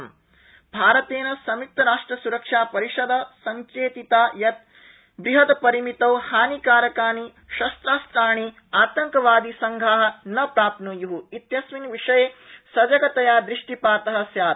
भारत विनाशकास्त्राणि भारतेन संयुक्तराष्ट्रसुरक्षापरिषद् संचेतिता यत् बूहद्परिमितौ हानिकारकाणि शस्त्रास्त्राणि आतंकवादिसंघा न प्राप्नुयु इत्यस्मिन् विषये सजगतया दष्टिपात स्यात्